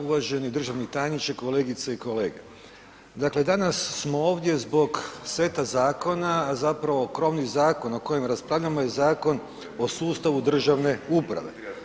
Uvaženi državni tajniče, kolegice i kolege, dakle danas smo ovdje zbog seta zakona, a zapravo krovni zakon o kojem raspravljamo je Zakon o sustavu državne uprave.